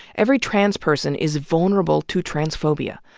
every trans person is vulnerable to transphobia.